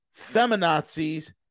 feminazis